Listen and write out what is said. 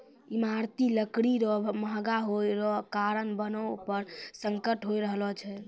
ईमारती लकड़ी रो महगा होय रो कारण वनो पर संकट होय रहलो छै